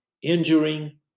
injuring